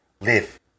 Live